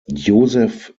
josef